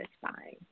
satisfying